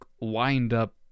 wind-up